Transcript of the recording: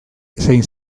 zein